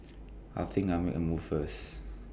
I think I'll make A move first